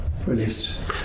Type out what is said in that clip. Released